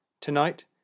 Tonight